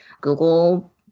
Google